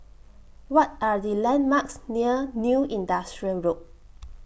What Are The landmarks near New Industrial Road